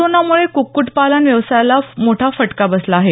corona मुळे कुक्क्टपालन व्यवसायाला मोठा फटका बसला आहे